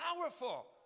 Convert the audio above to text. powerful